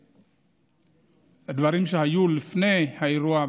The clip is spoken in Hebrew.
הדברים שהיו לפני האירוע,